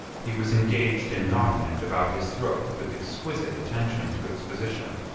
he was engaged in knotting it about his throat with exquisite attention to its position,